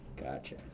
Gotcha